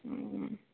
ହୁଁ